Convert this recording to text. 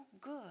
good